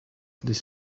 this